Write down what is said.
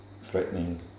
threatening